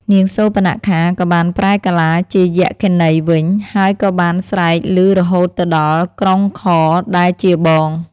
នាងសូរបនខា ក៏បានប្រែកាឡាជាយក្ខិនីវិញ ហើយក៏បាន ស្រែកឮរហូតទៅដល់ក្រុងខរ ដែលជាបង។